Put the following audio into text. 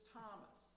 Thomas